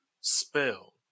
spell